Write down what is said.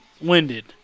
winded